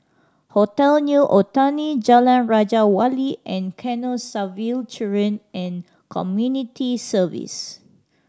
Hotel New Otani Jalan Raja Wali and Canossaville Children and Community Services